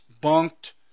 bunked